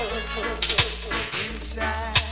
Inside